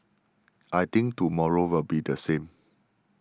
I think tomorrow will be the same